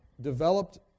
developed